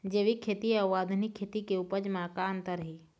जैविक खेती अउ आधुनिक खेती के उपज म का अंतर हे?